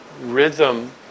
rhythm